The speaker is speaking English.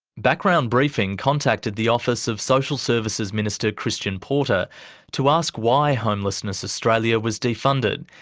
background briefing contacted the office of social services minister christian porter to ask why homelessness australia was defunded,